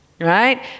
right